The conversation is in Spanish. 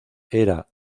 era